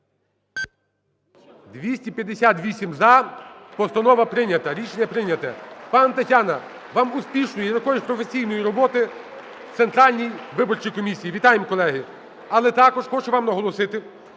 За-258 Постанова прийнята. Рішення прийняте. Пані Тетяна, вам успішної і такої ж професійної роботи в Центральній виборчій комісії. Вітаємо, колеги. Але також хочу вам наголосити,